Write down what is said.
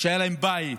היה להם בית,